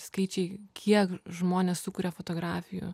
skaičiai kiek žmonės sukuria fotografijų